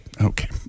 Okay